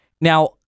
Now